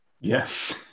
Yes